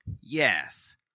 Yes